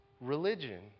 Religion